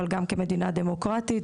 אבל גם כמדינה דמוקרטית,